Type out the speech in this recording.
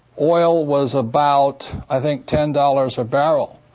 oil was about, i think, ten dollars a barrel.